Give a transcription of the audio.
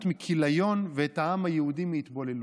מכיליון ואת העם היהודי מהתבוללות.